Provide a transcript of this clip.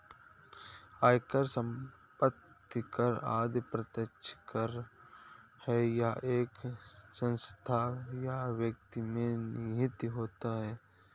आयकर, संपत्ति कर आदि प्रत्यक्ष कर है यह एक संस्था या व्यक्ति में निहित होता है